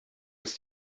ist